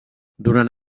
durant